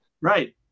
Right